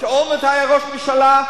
כשאולמרט היה ראש ממשלה,